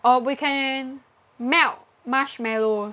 or we can melt marshmallow